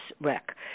wreck